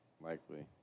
likely